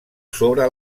sobre